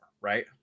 Right